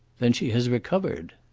then she has recovered!